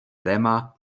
téma